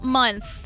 month